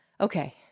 Okay